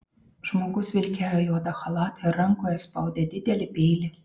žmogus vilkėjo juodą chalatą ir rankoje spaudė didelį peilį